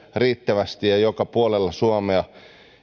riittävästi ja joka puolella suomea